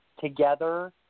together